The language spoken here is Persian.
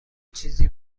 چیزی